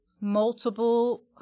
multiple